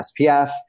SPF